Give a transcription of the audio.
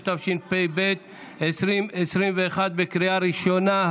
96), התשפ"ב 2021, בקריאה ראשונה.